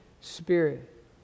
spirit